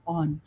on